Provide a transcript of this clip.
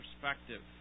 perspective